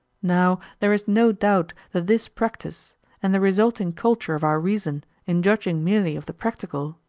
now there is no doubt that this practice, and the resulting culture of our reason in judging merely of the practical,